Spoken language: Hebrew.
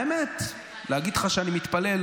האמת, להגיד לך שאני מתפלא?